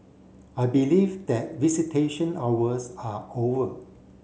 I believe that visitation hours are over